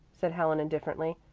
said helen indifferently.